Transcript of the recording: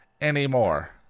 anymore